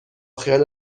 خیال